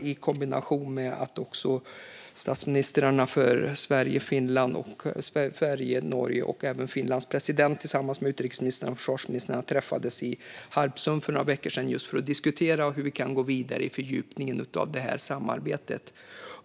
I kombination med detta träffades Sveriges och Norges statsministrar och Finlands president tillsammans med utrikesministrarna och försvarsministrarna på Harpsund för några veckor sedan för att diskutera hur vi kan gå vidare i fördjupningen av samarbetet.